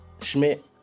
schmidt